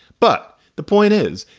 but the point is,